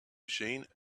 machine